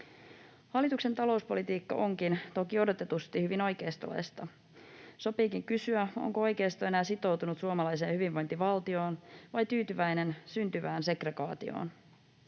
Hallituksen talouspolitiikka onkin toki odotetusti hyvin oikeistolaista. Sopiikin kysyä, onko oikeisto enää sitoutunut suomalaiseen hyvinvointivaltioon vai tyytyväinen syntyvään segregaatioon.